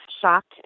shocked